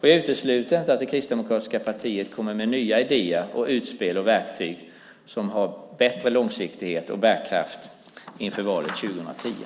Jag utesluter inte att det kristdemokratiska partiet kommer med nya idéer till verktyg som har bättre långsiktighet och bärkraft inför valet 2010.